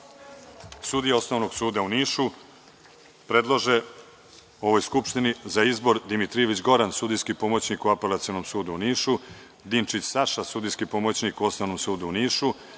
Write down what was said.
sudije Osnovnog suda u Nišu predlože: Dimitrijević Goran, sudijski pomoćnik u Apelacionom sudu u Nišu, Dimčić Saša, sudijski pomoćnik u Osnovnom sudu u Nišu,